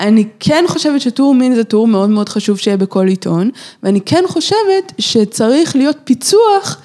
אני כן חושבת שטור מין זה טור מאוד מאוד חשוב שיהיה בכל עיתון ואני כן חושבת שצריך להיות פיצוח.